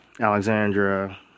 Alexandra